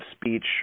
speech